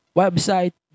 website